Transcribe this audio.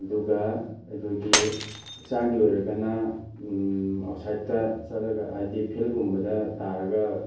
ꯑꯗꯨꯒ ꯑꯩꯈꯣꯏꯒꯤ ꯍꯛꯆꯥꯡꯒꯤ ꯑꯣꯏꯔꯒꯅ ꯑꯥꯎꯠꯁꯥꯏꯠꯇ ꯆꯠꯂꯒ ꯍꯥꯏꯗꯤ ꯐꯤꯜꯒꯨꯝꯕꯗ ꯇꯥꯔꯒ